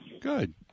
Good